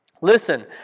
Listen